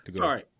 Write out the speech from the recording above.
sorry